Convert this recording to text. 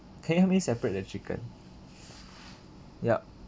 can you help me separate the chicken yup